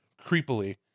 creepily